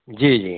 जी जी